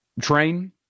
train